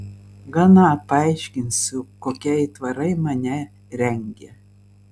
gana paaiškinsiu kokie aitvarai mane rengia